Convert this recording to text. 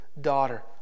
daughter